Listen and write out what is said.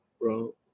bro